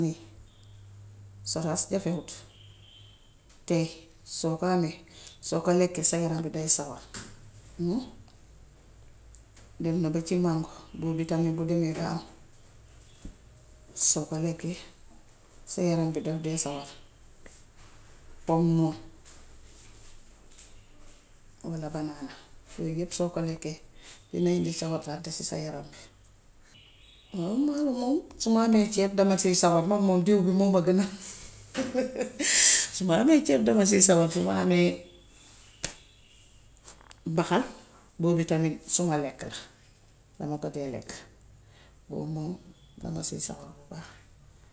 Soraas jafewut te soo ko amee, soo ko lekkee sa yaraw wi day sawor dem na ba si maango. Boobu tamit bu demee ba am, soo ko lekkee, sa yaram bi daf dee sawar, pom noonu walla banaana. Yooy yépp soo ko lekkee dana indi sawartante ci sa yaram bi. Waaw man moom su ma amee ceeb dama ciy sawar. Man moom diw bi bëgg naa ko. Su ma amee ceeb dama siy sawar. Su ma amee mbaxal, boobu tamit suma lekk la. Dama ko dee lekk. Boobu moom dama siy sawar bu baax.